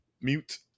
mute